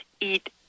eat